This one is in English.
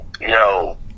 yo